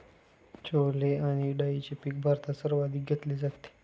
छोले आणि डाळीचे पीक भारतात सर्वाधिक घेतले जाते